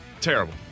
Terrible